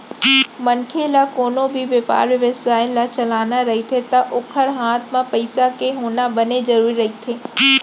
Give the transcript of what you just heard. मनखे ल कोनो भी बेपार बेवसाय ल चलाना रहिथे ता ओखर हात म पइसा के होना बने जरुरी रहिथे